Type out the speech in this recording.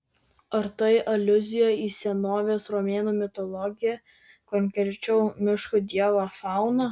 ar tai aliuzija į senovės romėnų mitologiją konkrečiau miškų dievą fauną